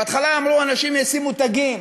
בהתחלה אמרו: אנשים ישימו תגים,